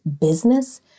business